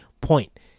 point